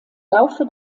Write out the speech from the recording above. laufe